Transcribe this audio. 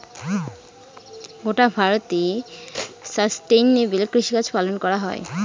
গোটা ভারতে সাস্টেইনেবল কৃষিকাজ পালন করা হয়